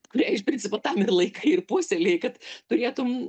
kurią iš principo tam ir laikai ir puselėji kad turėtum